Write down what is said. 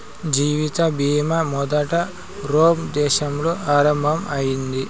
జీవిత బీమా మొదట రోమ్ దేశంలో ఆరంభం అయింది